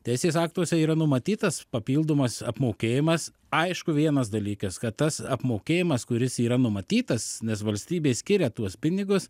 teisės aktuose yra numatytas papildomas apmokėjimas aišku vienas dalykas kad tas apmokėjimas kuris yra numatytas nes valstybė skiria tuos pinigus